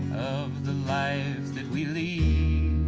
of the lives that we lead